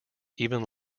even